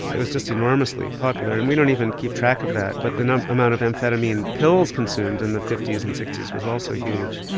it was just enormously popular and we don't even keep track of that but the amount of amphetamine pills consumed in the fifty s and sixty s was also huge.